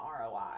ROI